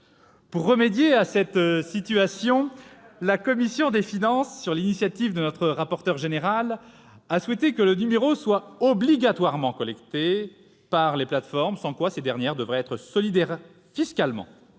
Pour remédier à cette situation, la commission des finances, sur l'initiative de notre rapporteur général, a souhaité que le numéro soit obligatoirement collecté par les plateformes. À défaut, ces dernières doivent être solidaires fiscalement